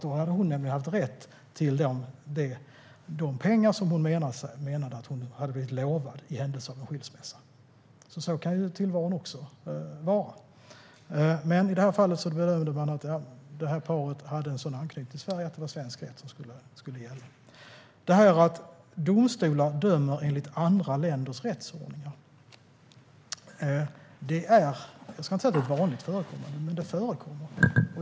Då hade hon nämligen haft rätt till de pengar som hon menar att hon blivit lovad i händelse av skilsmässa. Så kan alltså tillvaron också vara. I detta fall bedömde man dock att paret hade en sådan anknytning till Sverige att svensk rätt skulle gälla. Jag ska inte säga att det är vanligt förekommande att domstolar dömer enligt andra länders rättsordningar, men det förekommer.